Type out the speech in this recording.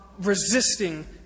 resisting